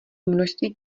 množství